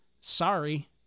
sorry